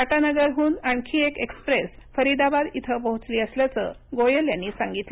टाटानगरहून आणखी एक एक्सप्रेस फरिदाबाद इथं पोहोचली असल्याचं गोयल यांनी सांगितलं